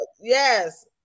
yes